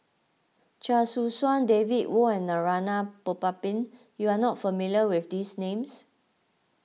Chia Choo Suan David Kwo and Narana Putumaippittan you are not familiar with these names